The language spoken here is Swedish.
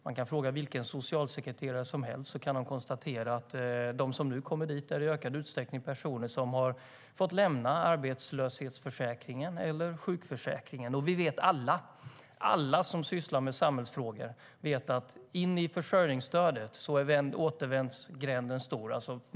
Man kan fråga vilken socialsekreterare som helst som kan konstatera att de som nu kommer dit i ökad utsträckning är personer som har fått lämna arbetslöshetsförsäkringen eller sjukförsäkringen. Och alla vi som sysslar med samhällsfrågor vet att i försörjningsstödet är återvändsgränden stor.